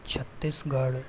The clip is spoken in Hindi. छत्तीसगढ़